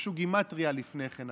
ביקשו גימטרייה לפני כן,